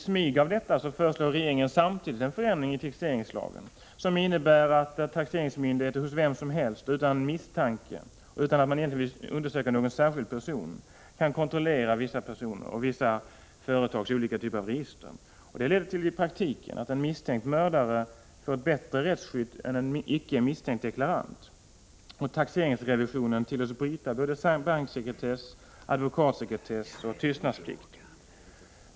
Samtidigt, liksom i smyg, föreslår regeringen en förändring av taxeringslagen som innebär att taxeringsmyndigheter hos vem som helst, utan misstanke och utan att man egentligen ens vill undersöka någon särskild person, kan kontrollera vissa personer och vissa företags olika typer av register. I praktiken leder detta till att en misstänkt mördare får bättre rättsskydd än en icke misstänkt deklarant. Taxeringsrevisionen tillåts bryta mot såväl banksekretess och advokatsekretess som tystnadsplikt.